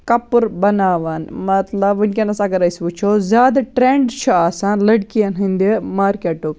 کَپُر بَناوان مطلب وٕنکٮ۪نَس اَگر أسۍ وٕچھو زیادٕ ٹرینڈ چھُ آسان لٔڑکِیَن ہٕنٛدِ مارکٮ۪ٹُک